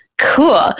cool